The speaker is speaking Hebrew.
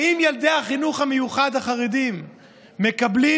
האם ילדי החינוך המיוחד החרדים מקבלים